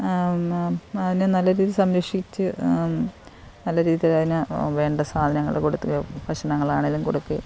ന്ന അതിനെ നല്ല രീതിയിൽ സംരക്ഷിച്ച് നല്ല രീതിയിൽ അതിന് വേണ്ട സാധനങ്ങള് കൊടുക്കുകയോ ഭക്ഷണങ്ങളാണേലും കൊടുക്ക്